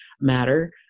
matter